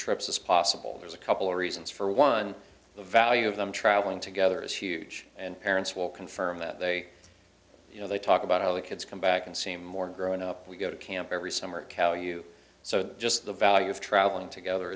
trips as possible there's a couple reasons for one the value of them traveling together is huge and parents will confirm that they you know they talk about how the kids come back and say more grown up we go to camp every summer cal you so just the value of traveling together